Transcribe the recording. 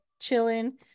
chilling